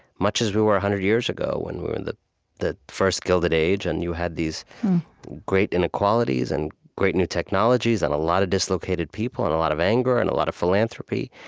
much as we were one hundred years ago, when we were in the the first gilded age, and you had these great inequalities and great new technologies and a lot of dislocated people and a lot of anger and a lot of philanthropy.